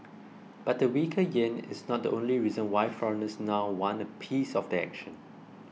but weaker yen is not the only reason why foreigners now want a piece of the action